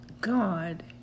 God